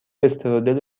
استرودل